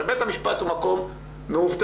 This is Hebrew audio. הרי בית המשפט הוא מקום מאובטח,